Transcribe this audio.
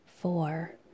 four